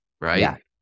right